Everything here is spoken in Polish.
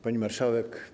Pani Marszałek!